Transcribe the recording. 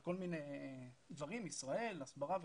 כל מיני דברים, ישראל, הסברה וכו'